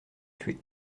tué